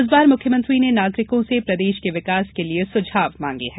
इस बार मुख्यमंत्री ने नागरिकों से प्रदेश के विकास के लिये सुझाव मांगे हैं